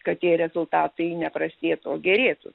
kad tie rezultatai ne prastėtų o gerėtų